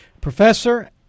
Professor